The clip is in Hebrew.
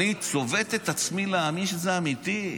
אני צובט את עצמי להאמין שזה אמיתי.